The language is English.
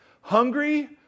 hungry